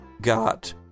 got